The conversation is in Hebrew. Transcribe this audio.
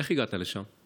איך הגעת לשם?